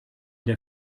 der